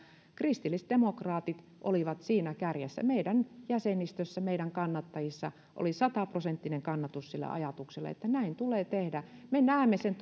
kristillisdemokraatit olivat siinä kärjessä meidän jäsenistössä meidän kannattajissa oli sataprosenttinen kannatus sille ajatukselle että näin tulee tehdä me näemme sen